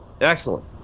Excellent